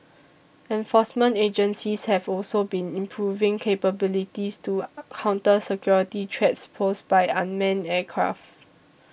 enforcement agencies have also been improving capabilities to counter security threats posed by unmanned aircraft